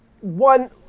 one